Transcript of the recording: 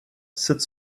sept